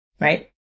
right